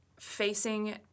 facing